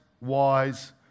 wise